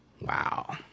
Wow